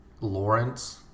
Lawrence